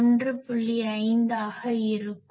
5 ஆக இருக்கும்